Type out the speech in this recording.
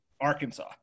arkansas